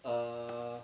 uh